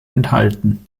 enthalten